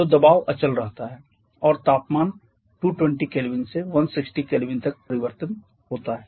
तो दबाव अचल रहता है और तापमान 220 K से 160 K तक परिवर्तन होता है